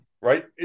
right